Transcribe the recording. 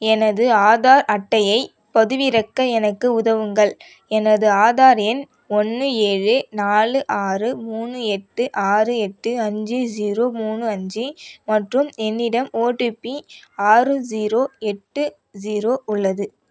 எனது ஆதார் அட்டையைப் பதிவிறக்க எனக்கு உதவுங்கள் எனது ஆதார் எண் ஒன்று ஏழு நாலு ஆறு மூணு எட்டு ஆறு எட்டு அஞ்சு ஜீரோ மூணு அஞ்சு மற்றும் என்னிடம் ஓடிபி ஆறு ஜீரோ எட்டு ஜீரோ உள்ளது